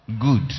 Good